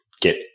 get